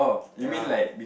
ya